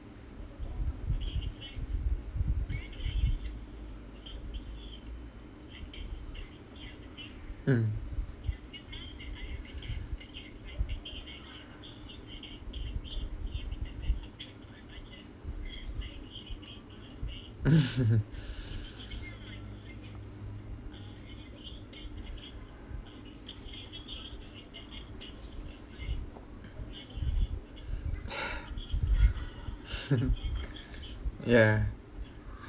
m) ya